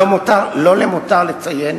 לא למותר לציין